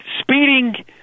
speeding